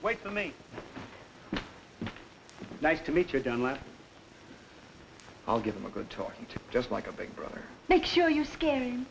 wait for me nice to meet your don't let i'll give them a good talking to just like a big brother make sure you s